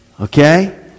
Okay